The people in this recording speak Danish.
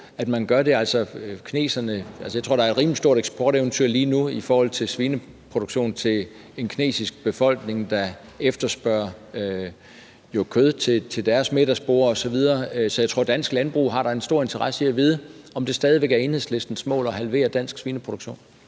nå videre på. Jeg tror, der er et rimelig stort eksporteventyr lige nu i forhold til svineproduktion til en kinesisk befolkning, der efterspørger kød til deres middagsborde osv., så jeg tror da, at dansk landbrug har en stor interesse i at vide, om det stadig væk er Enhedslistens mål at halvere den danske svineproduktion.